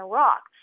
Iraq